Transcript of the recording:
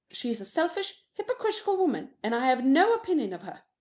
she is a selfish, hypocritical woman, and i have no opinion of her.